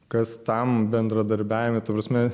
kas tam bendradarbiavime ta prasme